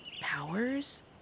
powers